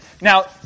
now